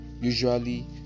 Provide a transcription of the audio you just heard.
Usually